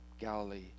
Galilee